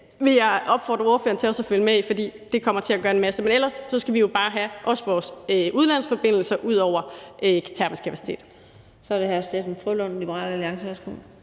vil jeg opfordre ordføreren til at følge med i, for det kommer til at gøre en stor forskel. Ellers skal vi bare have vores udlandsforbindelser ud over den termiske kapacitet.